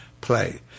play